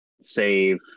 save